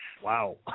Wow